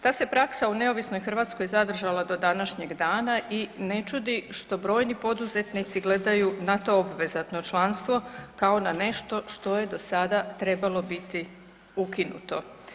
Ta se praksa u neovisnoj Hrvatskoj zadržala do današnjeg dana i ne čudi što brojni poduzetnici gledaju na to obvezatno članstvo kao na nešto što je do sada trebalo biti ukinuto.